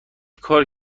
کاری